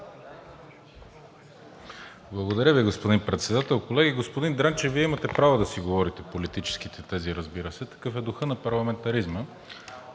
Благодаря Ви, господин Председател. Колеги! Господин Дренчев, Вие имате право да си говорите политическите тези, разбира се, такъв е духът на парламентаризма.